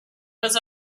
was